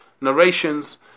narrations